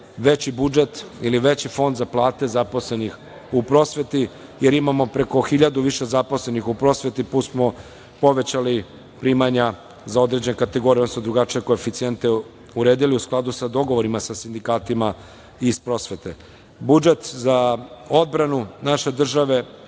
veći budžet ili veći fond za plate zaposlenih u prosveti, jer imamo preko hiljadu više zaposlenih prosveti, plus smo povećali primanja za određen kategorije, odnosno drugačije koeficijent uredili u skladu sa dogovorima sa sindikatima iz prosvete. Budžet za odbranu naše države